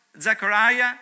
Zechariah